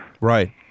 Right